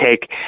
take